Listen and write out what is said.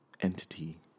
entity